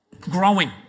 growing